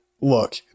Look